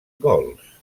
gols